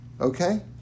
okay